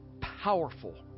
powerful